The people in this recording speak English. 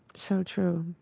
so true.